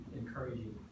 encouraging